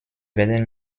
werden